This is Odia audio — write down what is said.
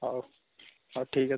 ହଉ ହଉ ଠିକ୍ ଅଛି